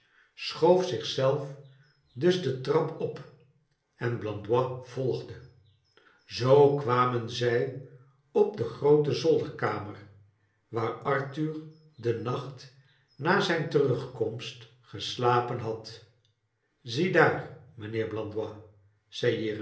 schoof zich zelf dus de trap op en blandois volgde zoo kwamen zij op de groote zolderkamer waar arthur den nacht na zijn terugkomst geslapen had ziedaar